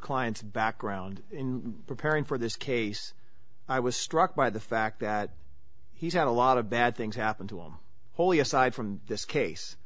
client's background in preparing for this case i was struck by the fact that he's had a lot of bad things happen to him wholly aside from this case